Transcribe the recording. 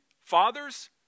fathers